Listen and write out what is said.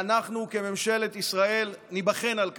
ואנחנו כממשלת ישראל ניבחן על כך.